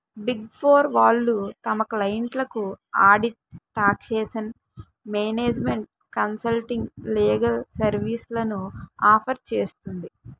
big four వాళ్ళు తమ క్లయింట్లకు audit, taxation, management consulting, legal సర్వీస్లను ఆఫర్ చేస్తుంది